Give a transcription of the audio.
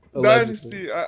Dynasty